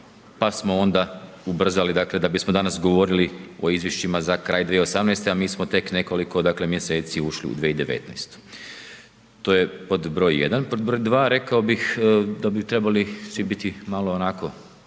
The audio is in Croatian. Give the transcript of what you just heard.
pa smo onda ubrzali dakle da bismo danas govorili o izvješćima za kraj 2018. a mi smo tek nekoliko mjeseci ušli u 2019. To je pod broj jedan. Pod broj dva, rekao bih da bi trebali svi biti malo onako,